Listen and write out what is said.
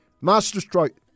Masterstroke